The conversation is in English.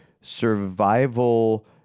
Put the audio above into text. survival